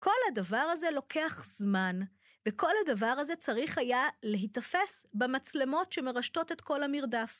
כל הדבר הזה לוקח זמן, וכל הדבר הזה צריך היה להיתפס במצלמות שמרשתות את כל המרדף.